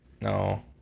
No